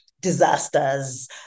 disasters